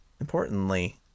importantly